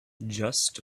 just